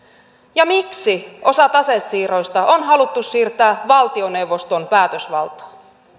ja miksi osa tasesiirroista on haluttu siirtää valtioneuvoston päätösvaltaan